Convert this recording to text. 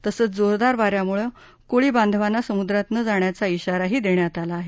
तसंच जोरदार वा यांमुळे कोळी बांधवांना समुद्रात न जाण्याचा शिवारा ही देण्यात आला आहे